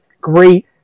great